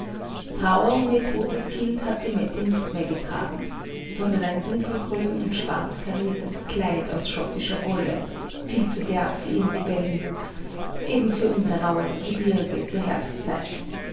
trauer um ihr totes kind hat die mette nicht mehr getragen sondern ein dunkelgrün und schwarz kariertes kleid aus schottischer wolle viel zu derb für ihren libellenwuchs eben für unser rauhes gebirge zur herbstzeit